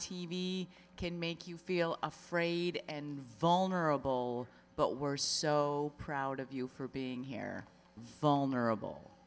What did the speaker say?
v can make you feel afraid and vulnerable but were so proud of you for being here vulnerable